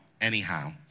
anyhow